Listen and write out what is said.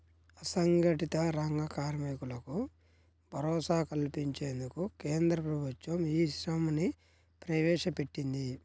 అసంఘటిత రంగ కార్మికులకు భరోసా కల్పించేందుకు కేంద్ర ప్రభుత్వం ఈ శ్రమ్ ని ప్రవేశపెట్టింది